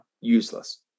useless